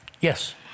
Yes